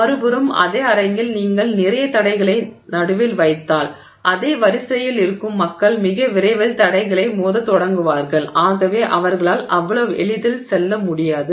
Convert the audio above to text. மறுபுறம் அதே அரங்கில் நீங்கள் நிறைய தடைகளை நடுவில் வைத்தால் அதே வரிசையில் இருக்கும் மக்கள் மிக விரைவில் தடைகளை மோதத் தொடங்குவார்கள் ஆகவே அவர்களால் அவ்வளவு எளிதில் செல்ல முடியாது